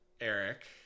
Eric